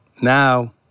now